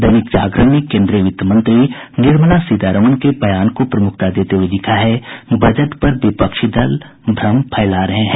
दैनिक जागरण ने केन्द्रीय वित्त मंत्री निर्मला सीतारमन के बयान को प्रमुखता देते हुए लिखा है बजट पर विपक्षी दल भ्रम फैला रहे हैं